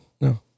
No